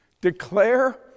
declare